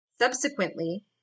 subsequently